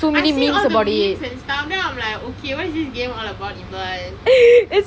I see all the memes and stuff then I'm like okay what is this game all about even